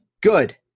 good